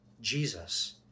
Jesus